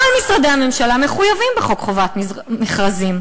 כל משרדי הממשלה מחויבים בחוק חובת המכרזים,